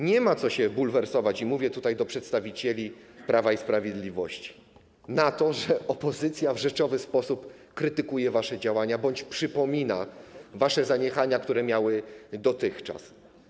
Nie ma co się bulwersować, i mówię tutaj do przedstawicieli Prawa i Sprawiedliwości, z tego powodu, że opozycja w rzeczowy sposób krytykuje wasze działania bądź przypomina wasze zaniechania, które miały miejsce dotychczas.